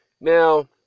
Now